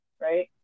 right